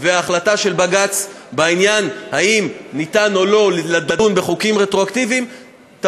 וההחלטה של בג"ץ בעניין האם אפשר לדון בחוקים רטרואקטיביים או לא,